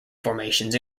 formations